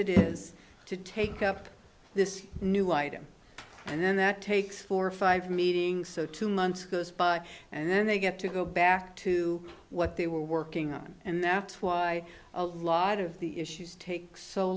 it is to take up this new item and then that takes four or five meetings so two months goes by and then they get to go back to what they were working on and that's why a lot of the issues takes so